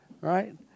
Right